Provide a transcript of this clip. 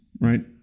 Right